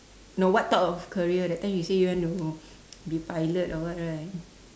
no what type of career that time you say you want to be pilot or what right